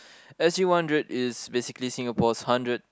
s_g one hundred is basically Singapore's hundred